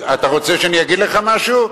אתה רוצה שאני אגיד לך משהו?